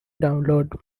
download